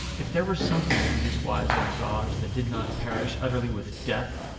if there were something in these wise old dogs that did not perish utterly with death,